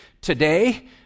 Today